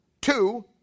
two